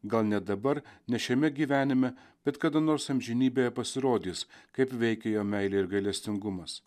gal ne dabar ne šiame gyvenime bet kada nors amžinybėje pasirodys kaip veikia jo meilė ir gailestingumas